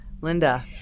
Linda